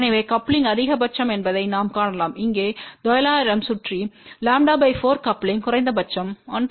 எனவே கப்லிங் அதிகபட்சம் என்பதை நாம் காணலாம் இங்கே 900 சுற்றி λ 4 கப்லிங் குறைந்தபட்சம் 1